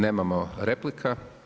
Nemamo replika.